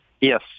Yes